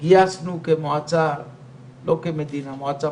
גייסנו כמועצה מקומית